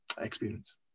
experience